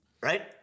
Right